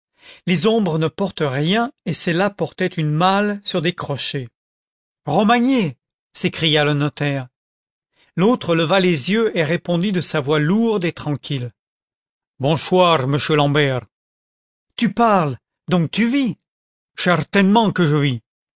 les ombres ne portent rien et celle-là portait une malle sur des crochets romagné s'écria le notaire l'autre leva les yeux et répondit de sa voix iourde et tranquille bonchoir mouchu l'ambert tu parles donc tu vis chertainement que je vis